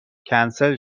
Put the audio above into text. کنسل